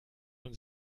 von